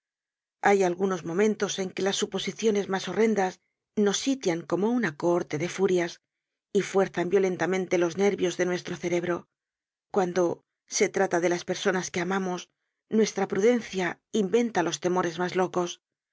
hay algunos momentos en que las suposiciones mas horrendas nos sitian como una cohorte de furias y fuerzan violentamente los nervios de nuestro cerebro cuando se trata de las personas que amamos nuestra prudencia inventa los temores mas locos